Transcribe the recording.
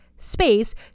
space